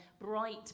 bright